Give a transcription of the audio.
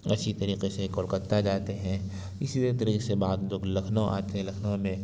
اسی طریقے سے کولکتہ جاتے ہیں اسی طریقے سے بعض لوگ لکھنؤ آتے ہیں لکھنؤ میں